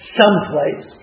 someplace